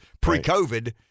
pre-covid